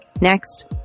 Next